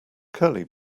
curly